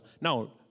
Now